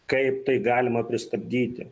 kaip tai galima pristabdyti